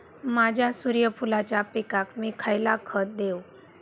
माझ्या सूर्यफुलाच्या पिकाक मी खयला खत देवू?